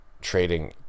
trading